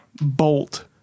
bolt